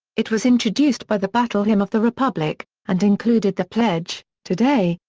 it was introduced by the battle hymn of the republic and included the pledge today,